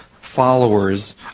followers